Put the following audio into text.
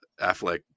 Affleck